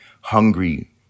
hungry